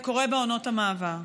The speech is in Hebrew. זה קורה בעונות המעבר.